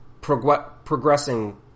progressing